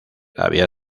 había